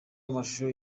amashusho